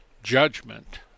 judgment